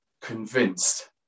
convinced